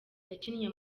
yakinnye